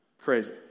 crazy